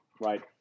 right